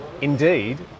Indeed